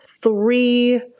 three